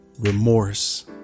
remorse